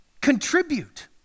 contribute